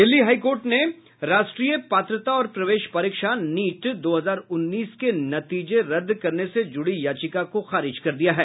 Delhi high court ने राष्ट्रीय पात्रता और प्रवेश परीक्षा नीट दो हजार उन्नीस के नतीजे रद्द करने से जुड़ी याचिका को खारिज कर दिया है